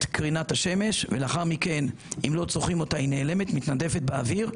קרינת השמש ולאחר מכן אם לא צורכים אותה היא נעלמת מתנדפת באוויר,